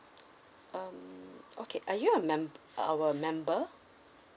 um okay are you a mem~ our member